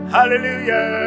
Hallelujah